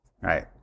right